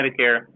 Medicare